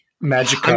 Magic